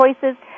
choices